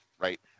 Right